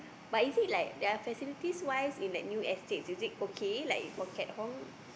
but is it like their facilities wise is that new estate is it okay like for